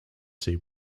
see